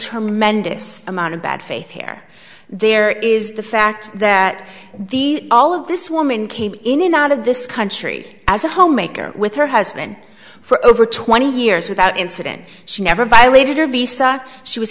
tremendous amount of bad faith where there is the fact that these all of this woman came in and out of this country as a homemaker with her husband for over twenty years without incident she never violated her visa she was